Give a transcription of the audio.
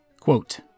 Quote